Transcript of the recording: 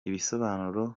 ibisobanuro